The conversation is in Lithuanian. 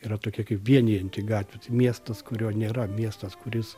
yra tokia kaip vienijanti gatvių tai miestas kurio nėra miestas kuris